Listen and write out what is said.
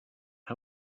how